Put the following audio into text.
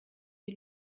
die